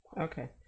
okay